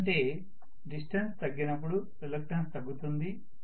ఎందుకంటే డిస్టెన్స్ తగ్గినప్పుడు రిలక్టన్స్ తగ్గుతుంది